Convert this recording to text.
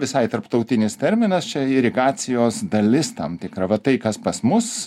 visai tarptautinis terminas čia irigacijos dalis tam tikra va tai kas pas mus